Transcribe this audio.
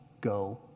go